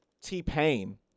T-Pain